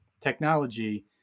technology